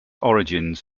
origins